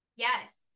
Yes